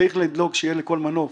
צריך לבדוק שיהיה לכל מנוף